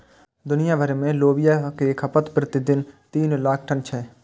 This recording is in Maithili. दुनिया भरि मे लोबिया के खपत प्रति दिन तीन लाख टन छै